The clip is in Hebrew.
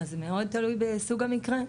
זה מאוד תלוי בסוג המקרה.